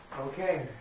Okay